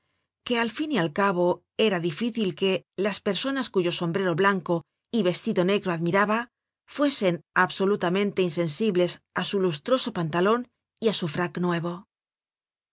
que al fin y al cabo era difícil que las personas cuyo sombrero blanco y vestido negro admiraba fuesen absolutamente insensibles á su lustroso pantalon y á su frac nuevo